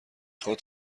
خواد